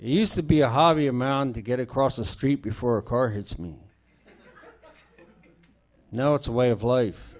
eased to be a hobby amount to get across the street before a car hits me no it's a way of life